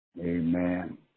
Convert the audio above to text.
amen